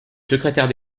secrétaire